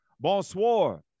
Bonsoir